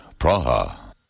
Praha